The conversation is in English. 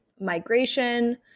migration